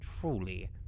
truly